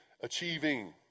achieving